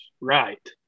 right